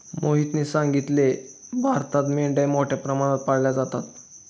मोहितने सांगितले, भारतात मेंढ्या मोठ्या प्रमाणात पाळल्या जातात